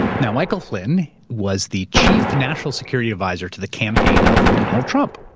now, michael flynn was the chief national security advisor to the campaign of donald trump,